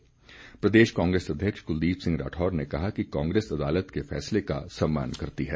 वहीं प्रदेश कांग्रेस अध्यक्ष कुलदीप सिंह राठौर ने कहा कि कांग्रेस अदालत के फैसले का सम्मान करती है